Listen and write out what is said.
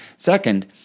Second